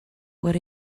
what